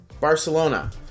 Barcelona